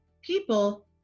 People